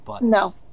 No